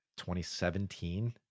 2017